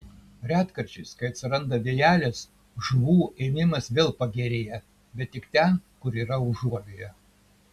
retkarčiais kai atsiranda vėjelis žuvų ėmimas vėl pagerėja bet tik ten kur yra užuovėja